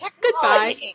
Goodbye